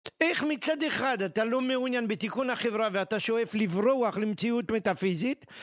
איך מצד אחד אתה לא מעוניין בתיקון החברה ואתה שואף לברוח למציאות מטאפיזית?